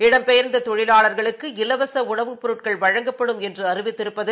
இடம்பெயா்ந்தொழிலாளா்களுக்கு இலவக்உணவுப் பொருட்கள் வழங்கப்படும் என்றுஅறிவித்திருப்பது